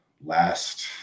last